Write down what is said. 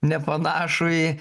nepanašų į